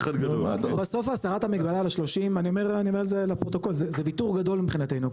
בסוף הסרת המגבלה ל-30 זה ויתור גדול מבחינתנו.